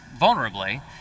vulnerably